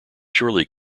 surely